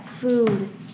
food